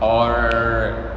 oh right right right